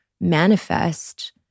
manifest